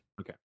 Okay